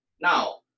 Now